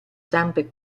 zampe